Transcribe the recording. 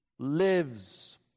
lives